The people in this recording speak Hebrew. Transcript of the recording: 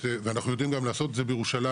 ואנחנו יודעים גם לעשות את זה בירושלים,